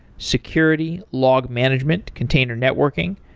security, log management, container networking,